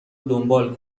دنبال